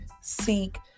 seek